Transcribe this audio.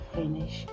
finish